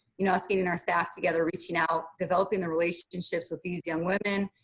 you know, us getting our staff together, reaching out, developing the relationships with these young women,